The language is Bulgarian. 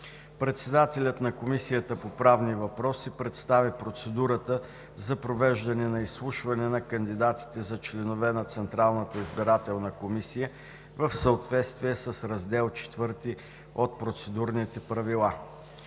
Председателят на Комисията по правни въпроси представи процедурата за провеждане на изслушване на кандидатите за членове на Централната избирателна комисия в съответствие с Раздел IV от Процедурните правила.